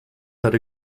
had